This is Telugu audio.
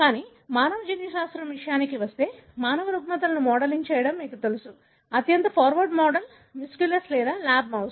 కానీ మానవ జన్యుశాస్త్రం విషయానికి వస్తే మానవ రుగ్మతలను మోడలింగ్ చేయడం మీకు తెలుసు అత్యంత ఫార్వార్డ్ మోడల్ ముస్ మస్క్యులస్ లేదా ల్యాబ్ మౌస్